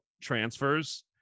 transfers